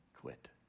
quit